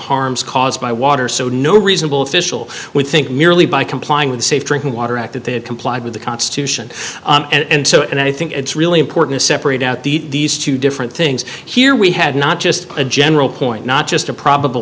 harms by water so no reasonable official would think merely by complying with the safe drinking water act that they have complied with the constitution and so and i think it's really important to separate out the two different things here we had not just a general point not just a probab